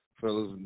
Fellas